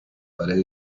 pared